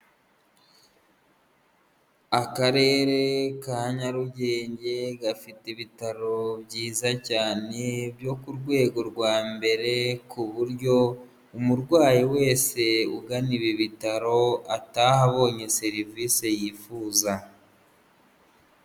Akarere ka Nyarugenge gafite ibitaro byiza cyane, byo ku rwego rwa mbere ku buryo umurwayi wese ugana ibi bitaro, ataha abonye serivisi yifuza.